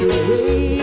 away